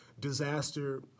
disaster